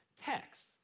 text